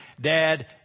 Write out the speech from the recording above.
Dad